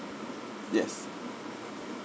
yes